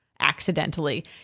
Accidentally